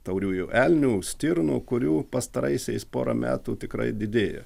tauriųjų elnių stirnų kurių pastaraisiais porą metų tikrai didėja